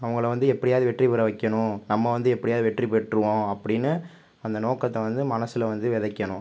அவங்கள வந்து எப்படியாது வெற்றி பெற வைக்கணும் நம்ப வந்து எப்படியாது வெற்றி பெற்றுருவோம் அப்படின்னு அந்த நோக்கத்தை வந்து மனசில் வந்து விதைக்கணும்